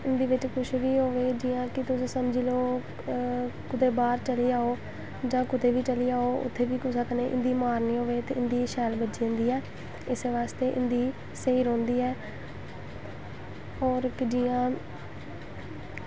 हिन्दी बिच्च कुछ बी होए जियां कि तुस समझी लैओ कुतै बाह्र चली जाओ जां कुतै बी चली जाओ उत्थें बी कुसै कन्नै हिन्दी मारनी होए ते हिन्दी शैल बज्जी जंदी ऐ इस्सै बास्तै हिन्दी स्हेई रौंह्दी ऐ होर के जियां